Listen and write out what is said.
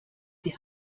die